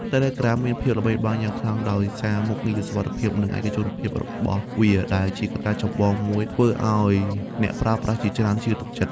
Telegram មានភាពល្បីល្បាញយ៉ាងខ្លាំងដោយសារមុខងារ សុវត្ថិភាព និងឯកជនភាពខ្ពស់ របស់វា ដែលជាកត្តាចម្បងមួយធ្វើឲ្យអ្នកប្រើប្រាស់ជាច្រើនជឿទុកចិត្ត។